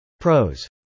Pros